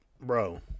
bro